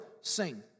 sing